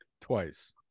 twice